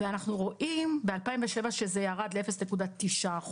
אנחנו רואים ב-2007 שזה ירד ל-0.9%,